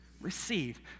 Receive